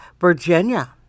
Virginia